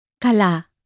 Kala